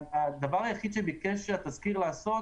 הדבר היחיד שביקש התזכיר לעשות